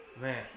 Man